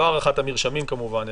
לא הארכת המרשמים כמובן,